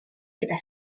gyda